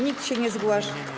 Nikt się nie zgłasza.